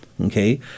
okay